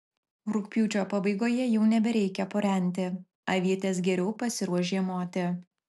rugpjūčio pabaigoje jau nebereikia purenti avietės geriau pasiruoš žiemoti